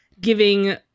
giving